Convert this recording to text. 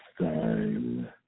time